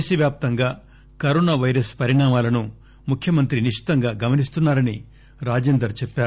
దేశవ్యాప్తంగా corona virus పరిణామాలను ముఖ్యమంత్రి నిశితంగా గమనిస్తున్నారని రాజేందర్ చెప్పారు